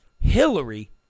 Hillary